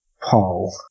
Paul